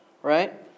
Right